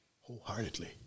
wholeheartedly